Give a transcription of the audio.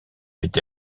été